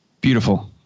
Beautiful